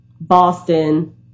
Boston